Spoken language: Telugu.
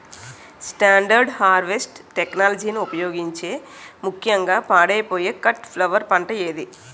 స్టాండర్డ్ హార్వెస్ట్ టెక్నాలజీని ఉపయోగించే ముక్యంగా పాడైపోయే కట్ ఫ్లవర్ పంట ఏది?